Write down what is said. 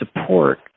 support